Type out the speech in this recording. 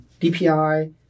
DPI